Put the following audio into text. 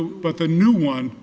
the but the new one